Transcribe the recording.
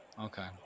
Okay